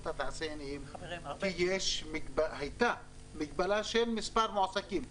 התעשיינים כי הייתה מגבלה של מספר מועסקים.